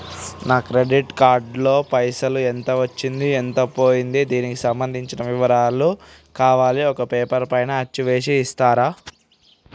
నా credit card లో పైసలు ఎంత వచ్చింది ఎంత పోయింది దానికి సంబంధించిన వివరాలు కావాలి ఒక పేపర్ పైన అచ్చు చేసి ఇస్తరా?